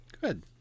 Good